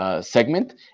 Segment